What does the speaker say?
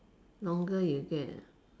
longer you get ah